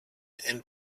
and